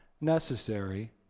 necessary